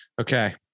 Okay